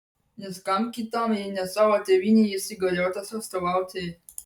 nes kam kitam jei ne savo tėvynei jis įgaliotas atstovauti